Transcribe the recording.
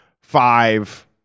five